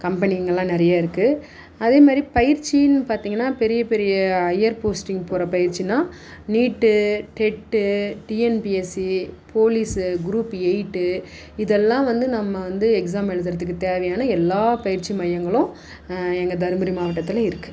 கம்பெனிங்களாம் நிறையா இருக்குது அதே மாதிரி பயிற்சின்னு பார்த்திங்கன்னா பெரிய பெரிய ஹையர் போஸ்டிங் போகிற பயிற்சினா NEET TET TNPSC police group eight இதெல்லாம் வந்து நம்ம வந்து எக்ஸாம் எழுதுகிறதுக்கு தேவையான எல்லா பயிற்சி மையங்களும் எங்கள் தருமபுரி மாவட்டத்தில் இருக்குது